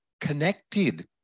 connected